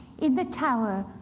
in the tower,